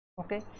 okay